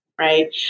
right